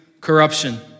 corruption